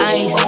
ice